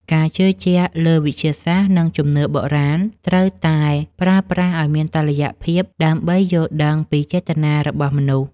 ការជឿជាក់លើវិទ្យាសាស្ត្រនិងជំនឿបុរាណត្រូវតែប្រើប្រាស់ឱ្យមានតុល្យភាពដើម្បីយល់ដឹងពីចេតនារបស់មនុស្ស។